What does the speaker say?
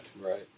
Right